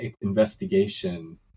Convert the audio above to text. investigation